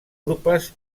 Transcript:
urpes